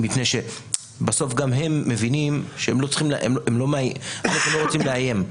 בסוף הם לא רוצים לאיים,